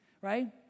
right